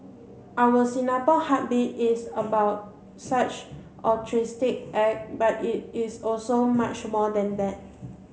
our Singapore Heartbeat is about such altruistic acts but it is also much more than that